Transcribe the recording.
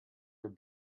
were